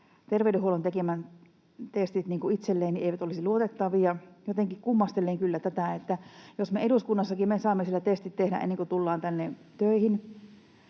terveydenhuollon tekemät testit itselleen eivät olisi luotettavia. Jotenkin kummastelen kyllä tätä, jos me eduskunnassakin saamme nämä testit tehdä ennen kuin tulemme tänne